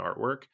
artwork